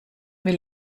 will